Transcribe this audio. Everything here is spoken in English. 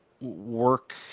Work